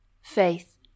faith